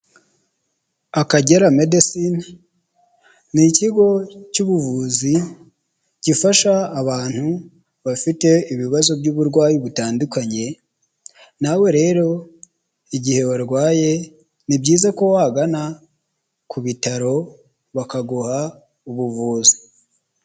Akagera medesine ni ikigo cy'ubuvuzi gifasha abantu bafite ibibazo by'uburwayi butandukanye nawe rero igihe barwaye ni byiza ko wagana ku bitaro bakaguha ubuvuzi.